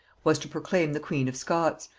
was to proclaim the queen of scots,